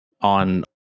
on